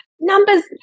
numbers